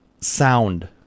sound